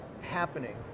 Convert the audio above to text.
happening